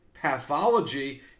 pathology